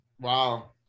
Wow